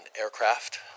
aircraft